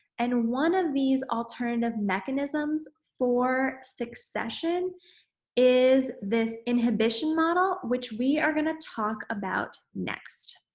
and one of these alternative mechanisms for succession is this inhibition model which we are going to talk about next.